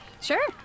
Sure